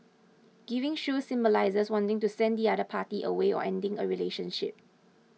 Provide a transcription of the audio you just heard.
giving shoes symbolises wanting to send the other party away or ending a relationship